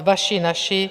Vaši naši.